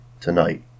tonight